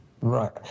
Right